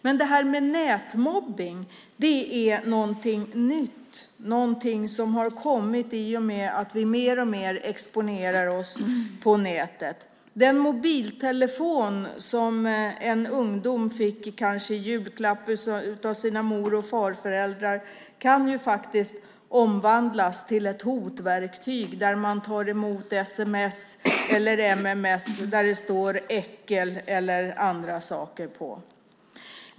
Men det här med nätmobbning är något nytt och något som har kommit i och med att vi exponerar oss mer och mer på nätet. Den mobiltelefon ett barn eller en tonåring kanske fick i julklapp av sina mor eller farföräldrar kan faktiskt omvandlas till ett hotverktyg där man tar emot sms eller mms där det står "äckel" eller andra saker.